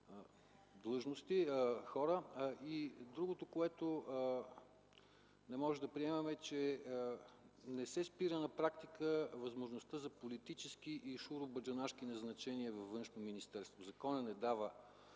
дипломатически хора. Другото, което не можем да приемем, е, че на практика не се спира възможността за политически и шуробаджанашки назначения във Външно министерство. Законът не дава